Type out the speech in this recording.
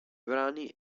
brani